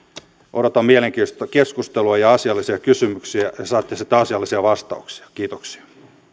odotan mielenkiintoista keskustelua ja asiallisia kysymyksiä ja saatte sitten asiallisia vastauksia kiitoksia